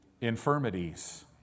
infirmities